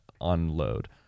unload